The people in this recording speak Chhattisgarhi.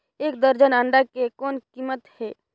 एक दर्जन अंडा के कौन कीमत हे?